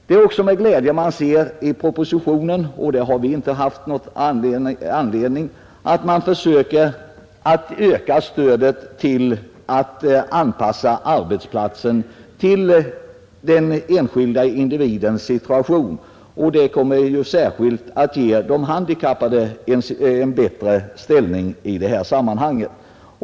Det är också med glädje man konstaterar att enligt propositionen stödet skall ökas när det gäller att anpassa arbetsplatsen till den enskilda individens situation. Detta kommer att ge särskilt de handikappade en bättre ställning.